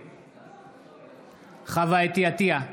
נגד חוה אתי עטייה,